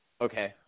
Okay